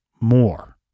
more